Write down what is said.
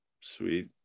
Sweet